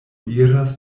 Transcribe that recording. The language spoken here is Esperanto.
iras